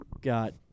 got